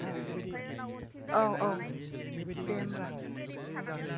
ए औ औ दे होम्बा औ